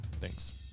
Thanks